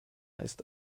ist